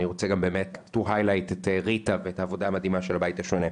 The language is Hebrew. אני רוצה באמת להדגיש את ריטה ואת העבודה המדהימה של הבית השונה.